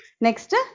next